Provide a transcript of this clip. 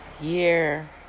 year